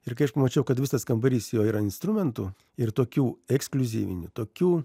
ir kai aš pamačiau kad visas kambarys jo yra instrumentų ir tokių ekskliuzyvinių tokių